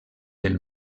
del